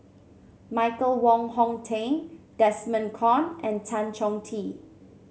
Michael Wong Hong Teng Desmond Kon and Tan Chong Tee